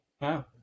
Wow